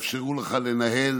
יאפשרו לך לנהל